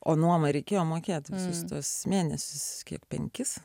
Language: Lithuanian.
o nuomą reikėjo mokėt visus tuos mėnesius kiek penkis